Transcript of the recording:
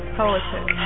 poetry